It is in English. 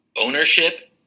ownership